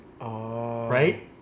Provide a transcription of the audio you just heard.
Right